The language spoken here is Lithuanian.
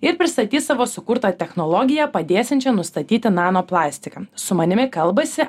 ir pristatys savo sukurtą technologiją padėsiančią nustatyti nano plastiką su manimi kalbasi